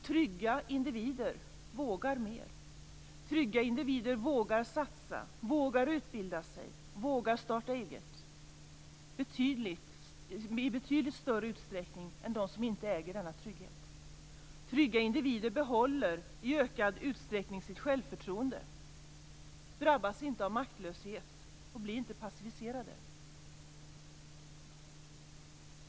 Trygga individer vågar mer. Trygga individer vågar satsa, vågar utbilda sig och vågar starta eget i betydligt större utsträckning än de som inte äger denna trygghet. Trygga individer behåller i ökad utsträckning sitt självförtroende, drabbas inte av maktlöshet och blir inte passiviserade.